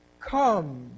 come